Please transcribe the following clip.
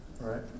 Right